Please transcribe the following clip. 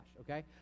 okay